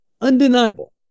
undeniable